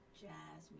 jazz